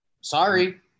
Sorry